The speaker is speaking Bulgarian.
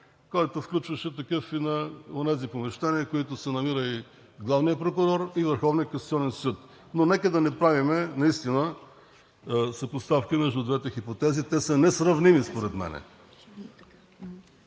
който включваше такъв и на онези помещения, в които се намират и главният прокурор, и Върховният касационен съд. Но нека да не правим наистина съпоставки между двете хипотези, те са несравними според мен.